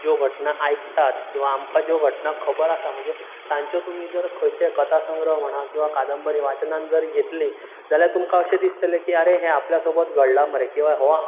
ज्यो घटना आयकतात किंवां आमकां ज्यो घटना खबर आसा तांचो तुमी जर खंयचे कथा संग्रह म्हणा किंवां कादंबरी वाचनान जर घेतली जाल्यार तुमकां अशें दिसतलें की आरे हें आपल्या सोबत घडलां मरे किंवां हो आपलो